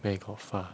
where got far